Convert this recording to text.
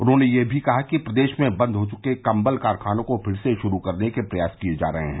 उन्हॉने यह भी कहा कि प्रदेश में बंद हो चुके कम्बल कारखानों को फिर से श्रू करने के प्रयास किये जा रहे है